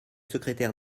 secrétaire